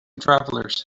travelers